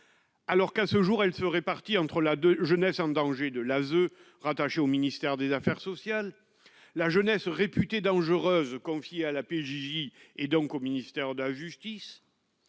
alors qu'à ce jour, elle se répartit entre la de jeunesse en danger de l'ASE rattaché au ministère des Affaires sociales, la jeunesse réputée dangereuse, confiée à la PJ et donc au ministère de la justice